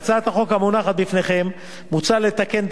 בהצעת החוק המונחת בפניכם מוצע לתקן את